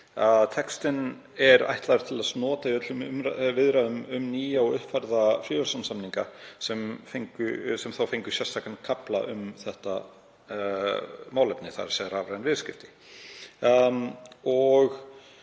Textinn er ætlaður til nota í öllum viðræðum um nýja og uppfærða fríverslunarsamninga sem þá fengju sérstakan kafla um þetta málefni, þ.e. rafræn viðskipti.